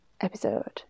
episode